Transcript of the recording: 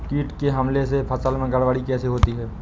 कीट के हमले से फसल में गड़बड़ी कैसे होती है?